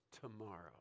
tomorrow